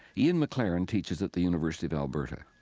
ian mclaren teaches at the university of alberta.